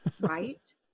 Right